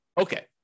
Okay